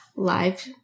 Live